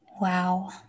Wow